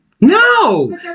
no